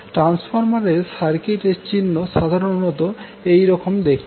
ট্রান্সফরমারের সার্কিটের চিহ্ন সাধারনত এই রকম দেখতে হয়